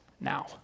now